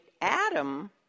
Adam